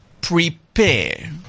prepare